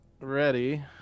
ready